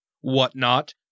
whatnot